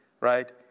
right